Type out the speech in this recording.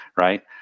right